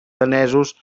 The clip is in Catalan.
danesos